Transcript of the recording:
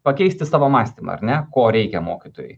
pakeisti savo mąstymą ar ne ko reikia mokytojui